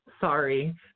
sorry